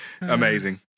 Amazing